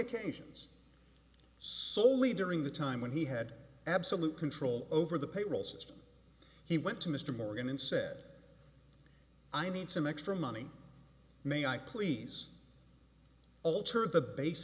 get cations soley during the time when he had absolute control over the payroll system he went to mr morgan and said i need some extra money may i please alter the base